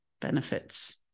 benefits